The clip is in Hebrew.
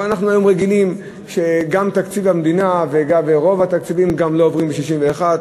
אבל אנחנו היום רגילים שגם תקציב המדינה ורוב התקציבים לא עוברים ב-61,